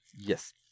Yes